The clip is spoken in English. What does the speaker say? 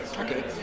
Okay